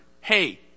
Hey